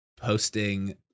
posting